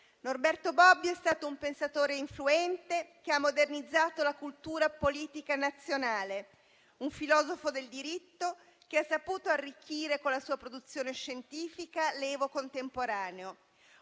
Norberto Bobbio è stato un pensatore influente che ha modernizzato la cultura politica nazionale, un filosofo del diritto che ha saputo arricchire con la sua produzione scientifica l'evo contemporaneo;